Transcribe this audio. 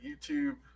YouTube